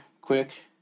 quick